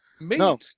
No